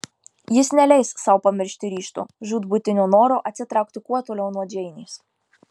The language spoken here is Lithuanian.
jis neleis sau pamiršti ryžto žūtbūtinio noro atsitraukti kuo toliau nuo džeinės